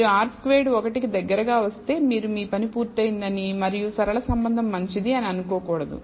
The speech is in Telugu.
మీరు R స్క్వేర్డ్ 1 కి దగ్గరకు వస్తే మీరు మీ పని పూర్తయిందని మరియు సరళ సంబంధం మంచిది అని అనుకోకూడదు